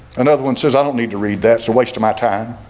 another one says i don't need to read that's a waste of my time